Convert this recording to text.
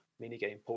minigame